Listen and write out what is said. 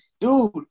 dude